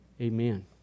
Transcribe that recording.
Amen